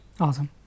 awesome